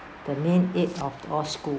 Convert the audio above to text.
the main aid of all school